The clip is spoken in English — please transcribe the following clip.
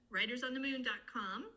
WritersOnTheMoon.com